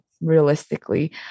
realistically